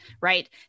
right